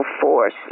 force